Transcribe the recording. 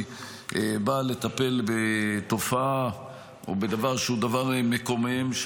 באה לטפל בתופעה או בדבר שהוא דבר מקומם,